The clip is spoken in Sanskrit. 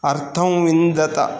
अर्थं विन्दत